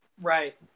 Right